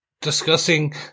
discussing